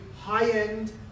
high-end